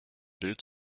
bild